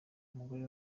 umugore